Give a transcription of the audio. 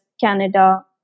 Canada